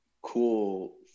cool